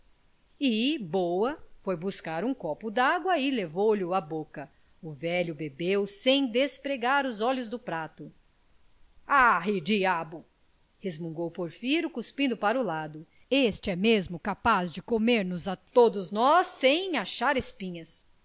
e boa foi buscar um copo de água e levou lho a boca o velho bebeu sem despregar os olhos do prato arre diabo resmungou porfiro cuspindo para o lado este é mesmo capaz de comer nos a todos nós sem achar espinhas